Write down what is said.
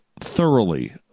Thoroughly